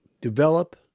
develop